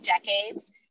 decades